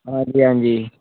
ਹਾਂਜੀ ਹਾਂਜੀ